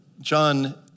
John